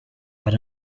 ari